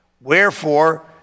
Wherefore